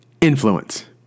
Influence